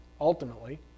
ultimately